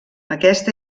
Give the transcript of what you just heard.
aquest